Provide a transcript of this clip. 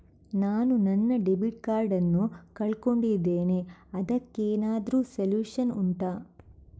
ನಾನು ನನ್ನ debit card ನ್ನು ಕಳ್ಕೊಂಡಿದ್ದೇನೆ ಅದಕ್ಕೇನಾದ್ರೂ ಸೊಲ್ಯೂಷನ್ ಉಂಟಾ